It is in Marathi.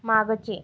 मागचे